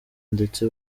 ndetse